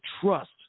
trust